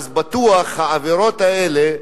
אז בטוח העבירות האלה,